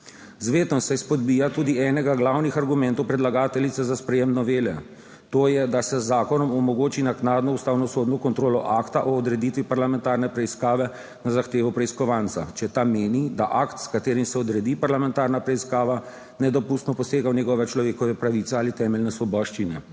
Z vetom se izpodbija tudi enega glavnih argumentov predlagateljice za sprejem novele, to je, da se z zakonom omogoči naknadno ustavno sodno kontrolo akta o odreditvi parlamentarne preiskave na zahtevo preiskovanca, če ta meni, da akt, s katerim se odredi parlamentarna preiskava, nedopustno posega v njegove človekove pravice ali temeljne svoboščine.